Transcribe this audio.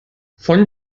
von